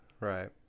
Right